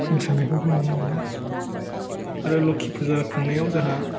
मोसानायफोरखौ नुनो मोनो आरो लखि फुजा खुंनायाव जोंहा